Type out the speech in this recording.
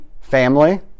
family